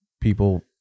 people